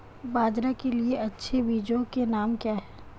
बाजरा के लिए अच्छे बीजों के नाम क्या हैं?